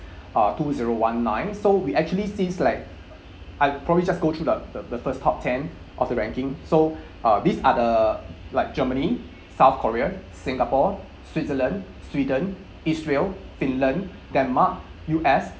uh two zero one nine so we actually sees like I'd probably just go through the the the first top ten of the ranking so uh these are the like germany south korea singapore switzerland sweden israel finland denmark U_S